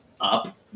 up